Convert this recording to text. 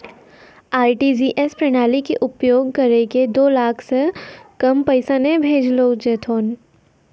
RTGS प्रणाली के उपयोग करि के दो लाख से कम पैसा नहि भेजलो जेथौन